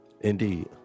Indeed